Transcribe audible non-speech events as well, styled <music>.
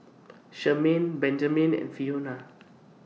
<unintelligible> Benjamen and Fiona